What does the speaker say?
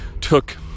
took